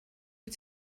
wyt